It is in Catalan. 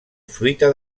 fruita